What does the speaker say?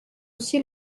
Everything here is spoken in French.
aussi